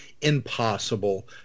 impossible